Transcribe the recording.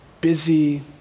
busy